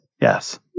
yes